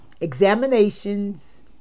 examinations